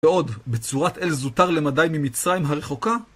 ועוד, בצורת אל זוטר למדי ממצרים הרחוקה?